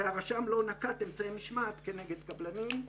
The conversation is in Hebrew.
והרשם לא נקט אמצעי משמעת כנגד קבלנים.